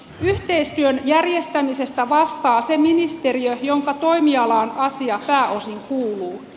yhteistyön järjestämisestä vastaa se ministeriö jonka toimialaan asia pääosin kuuluu